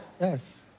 Yes